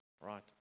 Right